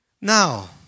Now